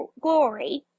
glory